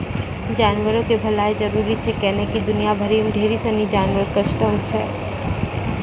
जानवरो के भलाइ जरुरी छै कैहने कि दुनिया भरि मे ढेरी सिनी जानवर कष्टो मे छै